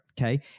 Okay